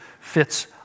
fits